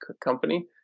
company